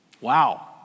Wow